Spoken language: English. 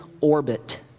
orbit